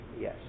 Yes